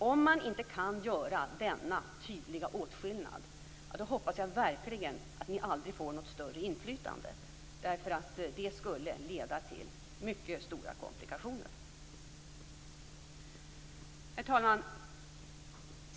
Om ni inte kan göra denna tydliga åtskillnad, hoppas jag verkligen att ni aldrig får något större inflytande, eftersom det skulle leda till mycket stora komplikationer. Herr talman!